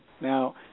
Now